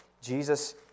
Jesus